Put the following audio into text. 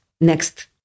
next